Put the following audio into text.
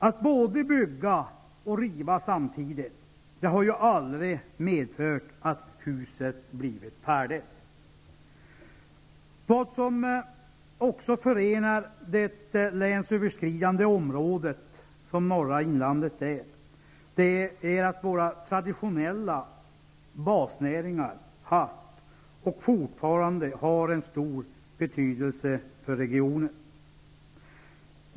Att både bygga och riva samtidigt har ju aldrig medfört att huset blivit färdigt. Något som förenar det länsöverskridande området norra inlandet är att våra traditionella basnäringar haft och fortfarande har en stor betydelse för regionen.